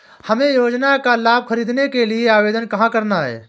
हमें योजना का लाभ ख़रीदने के लिए आवेदन कहाँ करना है?